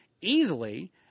easily